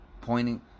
pointing